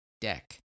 deck